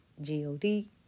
G-O-D